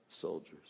soldiers